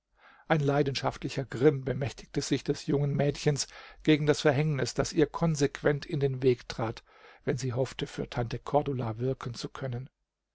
ein leidenschaftlicher grimm bemächtigte sich des jungen mädchens gegen das verhängnis das ihr konsequent in den weg trat wenn sie hoffte für tante cordula wirken zu können